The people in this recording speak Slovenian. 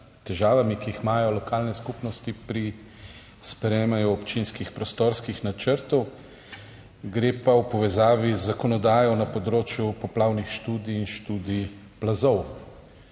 težavami, ki jih imajo lokalne skupnosti pri sprejemanju občinskih prostorskih načrtov, gre pa za povezavo z zakonodajo na področju poplavnih študij in študij plazov,